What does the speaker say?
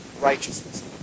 Righteousness